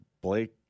Blake